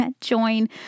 join